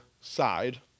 side